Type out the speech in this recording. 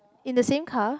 in the same car